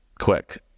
Quick